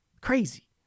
Crazy